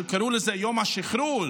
קראו לזה "יום השחרור",